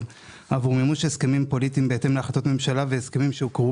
עבור מימוש הסכמים פוליטיים בהתאם להחלטות ממשלה והסכמים שהוקראו